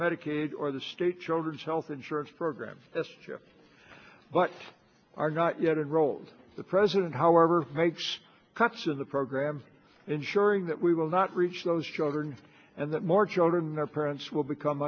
medicaid or the state children's health insurance program but are not yet enrolled the president however makes cuts in the program ensuring that we will not reach those children and that more children their parents will become